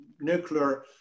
nuclear